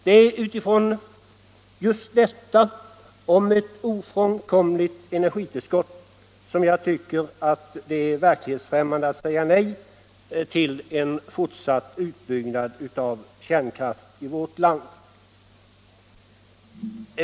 Det är mot bakgrunden av det ofrånkomliga i detta energitillskott, som jag tycker att det är verklighetsfrämmande att säga nej till en fortsatt utbyggnad av kärnkraft i vårt land.